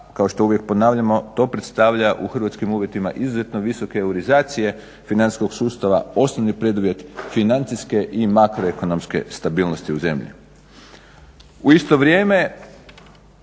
kao što uvijek ponavljamo to predstavlja u hrvatskim uvjetima izuzetno visoke eurizacije, financijskog sustava osnovni preduvjet financijske i makroekonomske stabilnosti u zemlji. U isto vrijeme